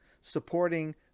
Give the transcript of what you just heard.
supporting